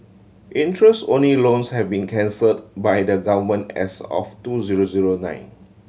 interest only loans have been cancelled by the Government as of two zero zero nine